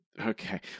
okay